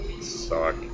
Suck